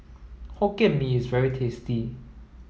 Hokkien Mee is very tasty